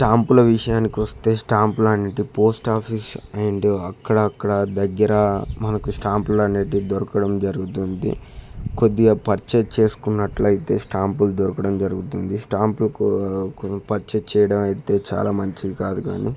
స్టాంపుల విషయానికి వస్తే స్టాంప్లు అనేవి పోస్ట్ ఆఫీస్ అండ్ అక్కడక్కడ దగ్గర మనకు స్టాంపులు అనేవి దొరకడం జరుగుతుంది కొద్దిగా పర్చేజ్ చేసుకున్నట్టు అయితే స్టాంపులు దొరకడం జరుగుతుంది స్టాంపులకు పర్చేజ్ చేయడం అయితే చాలా మంచిది కాదు కానీ